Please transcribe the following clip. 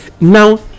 now